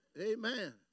Amen